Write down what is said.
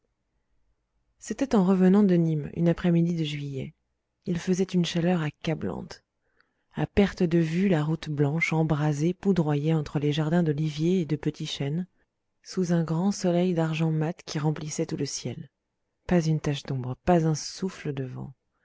c'était en revenant de nîmes une après-midi de juillet il faisait une chaleur accablante à perte de vue la route blanche embrasée poudroyait entre les jardins d'oliviers et de petits chênes sous un grand soleil d'argent mat qui remplissait tout le ciel pas une tache d'ombre pas un souffle de vent